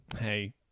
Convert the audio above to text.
hey